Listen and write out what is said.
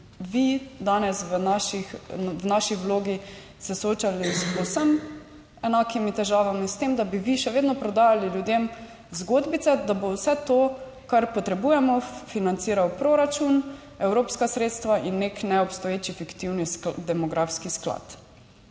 v naših, v naši vlogi se soočali s povsem enakimi težavami, s tem, da bi vi še vedno prodajali ljudem zgodbice, da bo vse to, kar potrebujemo, financiral proračun, evropska sredstva in nek neobstoječi fiktivni demografski sklad.